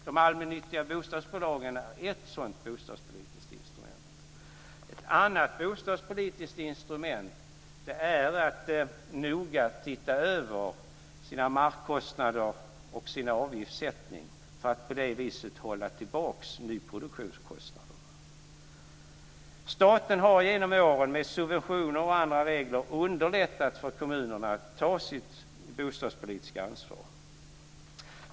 De allmännyttiga bostadsbolagen är ett sådant bostadspolitiskt instrument. Ett annat sådant är att noga titta över sina markkostnader och sin avgiftssättning för att på det viset hålla tillbaka nyproduktionskostnaderna. Staten har genom åren med subventioner och andra regler underlättat för kommunerna att ta sitt bostadspolitiska ansvar.